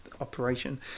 operation